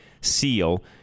seal